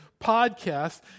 podcast